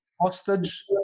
hostage